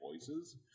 voices